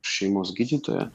šeimos gydytojo